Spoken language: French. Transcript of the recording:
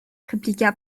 répliqua